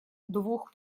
двух